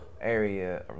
area